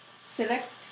select